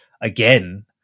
again –